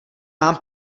mám